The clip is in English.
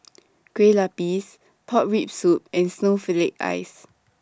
Kue Lupis Pork Rib Soup and Snowflake Ice